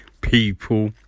people